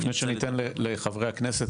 ניתן לחברי הכנסת,